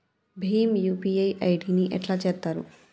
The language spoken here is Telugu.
భీమ్ యూ.పీ.ఐ ఐ.డి ని ఎట్లా చేత్తరు?